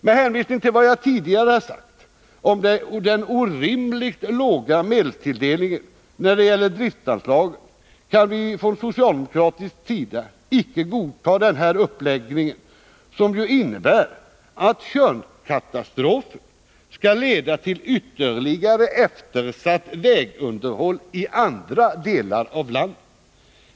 Med hänvisning till vad jag tidigare sagt om den orimligt låga medelstilldelningen när det gäller driftanslagen kan vi socialdemokrater icke godta denna uppläggning, som ju innebär att Tjörnkatastrofen skall leda till ytterligare eftersatt vägunderhåll i andra delar av landet.